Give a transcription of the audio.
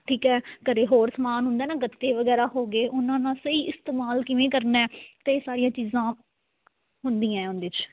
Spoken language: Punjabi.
ਠੀਕ ਹੈ ਘਰੇ ਹੋਰ ਸਮਾਨ ਹੁੰਦਾ ਨਾ ਗੱਤੇ ਵਗੈਰਾ ਹੋ ਗਏ ਉਹਨਾਂ ਨਾਲ ਸਹੀ ਇਸਤੇਮਾਲ ਕਿਵੇਂ ਕਰਨਾ ਅਤੇ ਇਹ ਸਾਰੀਆਂ ਚੀਜ਼ਾਂ ਹੁੰਦੀਆਂ ਉਹਦੇ 'ਚ